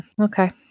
okay